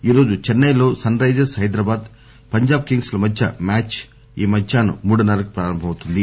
ఈరోజు చెన్నెలో Sunrisers Hyderabad Punjab Kings ల మధ్య మ్బాచ్ మధ్యాహ్నం మూడున్నరకు ప్రారంభమౌతుంది